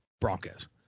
Broncos